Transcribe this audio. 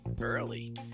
early